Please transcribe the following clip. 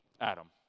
Adam